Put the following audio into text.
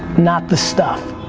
not the stuff.